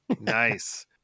Nice